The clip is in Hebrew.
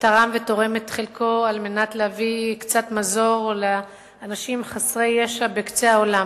שתרם ותורם את חלקו להביא קצת מזור לאנשים חסרי ישע בקצה העולם.